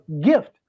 gift